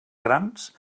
grans